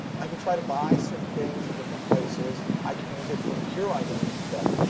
i can try to buy certain things in different places. i can use it for pure identity theft.